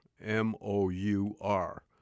M-O-U-R